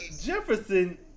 Jefferson